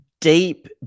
deep